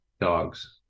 Dogs